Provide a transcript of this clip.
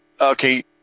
Okay